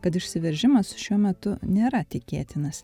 kad išsiveržimas šiuo metu nėra tikėtinas